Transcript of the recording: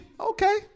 Okay